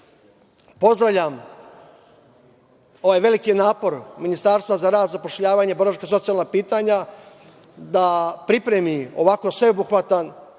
pozdravljam ovaj veliki napor Ministarstva za rad, zapošljavanje, boračka i socijalna pitanja, da pripremi ovako sveobuhvatan